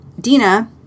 Dina